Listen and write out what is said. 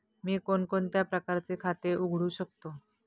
मी कोणकोणत्या प्रकारचे खाते उघडू शकतो?